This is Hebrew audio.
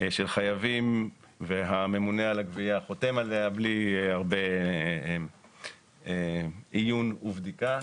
של חייבים והממונה על הגבייה חותם עליה בלי הרבה עיון ובדיקה,